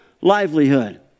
livelihood